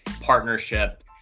partnership